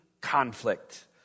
conflict